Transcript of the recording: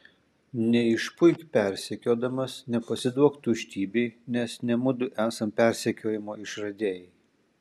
neišpuik persekiodamas nepasiduok tuštybei nes ne mudu esam persekiojimo išradėjai